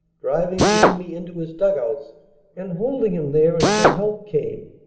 driving the enemy into his dug-outs and holding him there until help came,